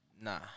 Nah